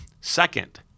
second